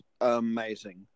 amazing